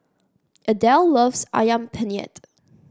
Adelle loves Ayam Penyet